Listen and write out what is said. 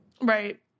Right